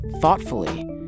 thoughtfully